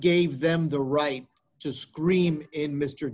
gave them the right to scream in mr